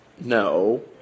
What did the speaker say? no